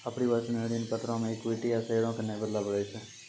अपरिवर्तनीय ऋण पत्रो मे इक्विटी या शेयरो के नै बदलै पड़ै छै